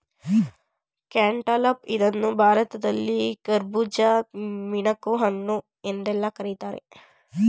cantaloupe ಇದನ್ನು ಭಾರತದಲ್ಲಿ ಕರ್ಬುಜ, ಮಿಣಕುಹಣ್ಣು ಎಂದೆಲ್ಲಾ ಕರಿತಾರೆ